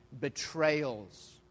betrayals